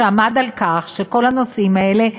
שעמד על כך שכל הנושאים האלה ייכנסו.